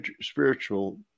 spiritual